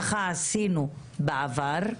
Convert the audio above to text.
ככה עשינו בעבר,